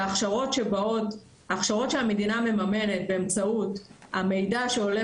שההכשרות שהמדינה מממנת באמצעות המידע שעולה